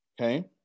Okay